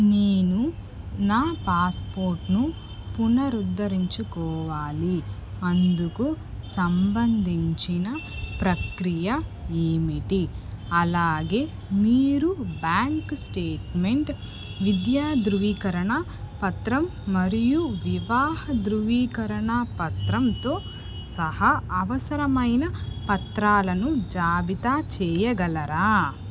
నేను నా పాస్పోర్ట్ను పునరుద్ధరించుకోవాలి అందుకు సంబంధించిన ప్రక్రియ ఏమిటి అలాగే మీరు బ్యాంక్ స్టేట్మెంట్ విద్యా ధృవీకరణ పత్రం మరియు వివాహ ధృవీకరణ పత్రంతో సహా అవసరమైన పత్రాలను జాబితా చెయ్యగలరా